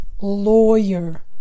lawyer